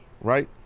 right